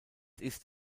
ist